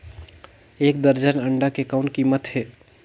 एक दर्जन अंडा के कौन कीमत हे?